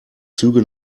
züge